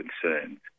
concerns